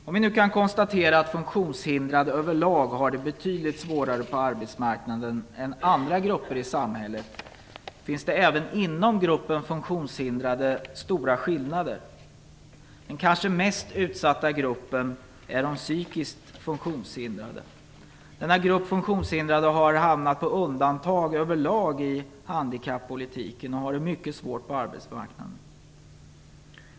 Vi kan alltså konstatera att funktionshindrade över lag har det betydligt svårare på arbetsmarknaden än andra grupper i samhället. Men även inom gruppen funktionshindrade finns det stora skillnader. Den kanske mest utsatta gruppen är de psykiskt funktionshindrade. Denna grupp funktionshindrade har hamnat på undantag över lag i handikappolitiken och har det mycket svårt på arbetsmarknaden.